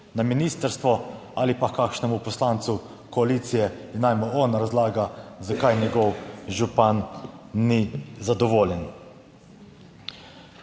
Na ministrstvo ali pa h kakšnemu poslancu koalicije in naj mu on razlaga zakaj njegov župan ni zadovoljen.